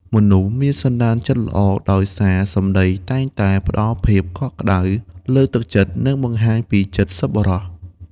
មនុស្សមានសន្តានចិត្តល្អដោយសារ សម្ដីតែងតែផ្ដល់ភាពកក់ក្ដៅ លើកទឹកចិត្ត និងបង្ហាញពីចិត្តសប្បុរស។